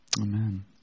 Amen